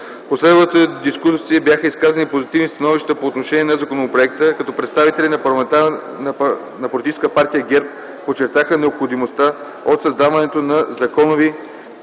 последвалата дискусия бяха изказани позитивни становища по отношение на законопроекта, като представителите на Политическа партия ГЕРБ подчертаха необходимостта от създаването на законови